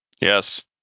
Yes